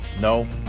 No